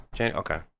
okay